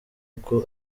uko